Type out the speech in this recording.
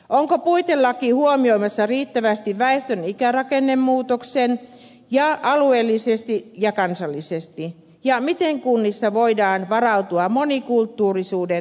onko puitelaki huomioimassa riittävästi väestön ikärakennemuutoksen alueellisesti ja kansallisesti ja miten kunnissa voidaan varautua monikulttuurisuuden lisääntymiseen